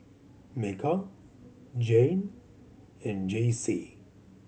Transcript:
Mikal Jayne and Jaycee